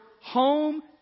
home